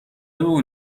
اون